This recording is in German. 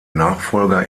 nachfolger